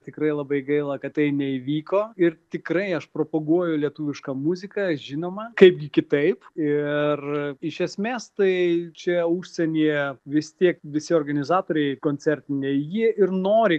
tikrai labai gaila kad tai neįvyko ir tikrai aš propoguoju lietuvišką muziką žinoma kaipgi kitaip ir iš esmės tai čia užsienyje vis tiek visi organizatoriai koncertiniai jie ir nori